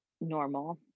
normal